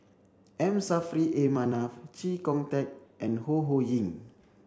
M Saffri A Manaf Chee Kong Tet and Ho Ho Ying